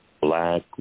black